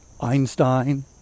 Einstein